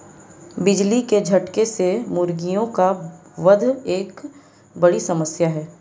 बिजली के झटके से मुर्गियों का वध एक बड़ी समस्या है